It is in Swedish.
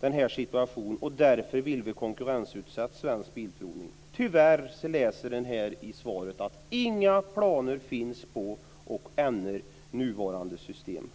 denna situation, och därför vill vi konkurrensutsätta Svensk Bilprovning. Tyvärr läser jag i svaret att inga planer finns på att ändra nuvarande system.